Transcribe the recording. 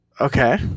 Okay